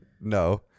No